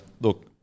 look